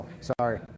Sorry